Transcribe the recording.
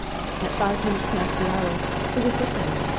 at five minutes past the hour the whistle sounded.